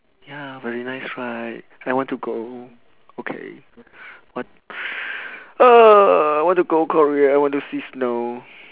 ya very nice right I want to go okay but uh want to go korea want to see snow